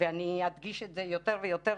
ואני אדגיש את זה יותר ויותר,